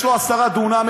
יש לו עשרה דונם,